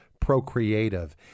procreative